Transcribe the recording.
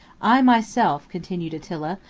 i myself, continued attila,